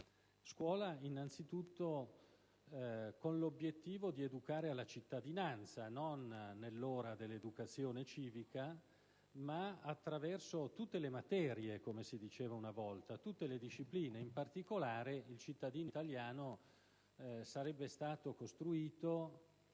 per questo, con l'obiettivo di educare alla cittadinanza, non nell'ora dell'educazione civica, ma attraverso tutte le materie, come si diceva una volta, attraverso tutte le discipline. In particolare, il cittadino italiano sarebbe stato costruito